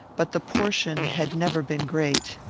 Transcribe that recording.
but the portion had never been great.